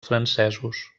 francesos